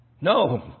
No